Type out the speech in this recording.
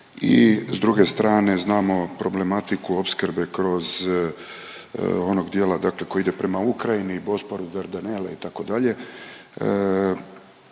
i s druge strane znamo problematiku opskrbe kroz onog dijela koji ide prema Ukrajini, Bosporu, Dardanele itd., da